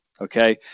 Okay